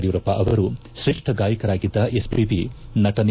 ಯಡಿಯೂರಪ್ಪ ಅವರು ತ್ರೇಷ್ಠ ಗಾಯಕರಾಗಿದ್ದ ಎಸ್ಪಿಐ ನಟನೆ